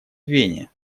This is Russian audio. вене